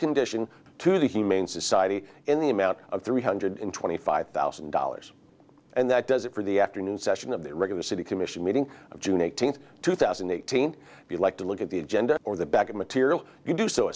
condition to the humane society in the amount of three hundred twenty five thousand dollars and that does it for the afternoon session of the regular city commission meeting of june eighteenth two thousand and eighteen if you'd like to look at the agenda or the back of material you do so